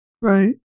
Right